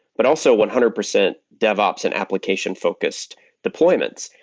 but also one hundred percent devops and application focused deployments.